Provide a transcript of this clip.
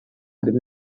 harimo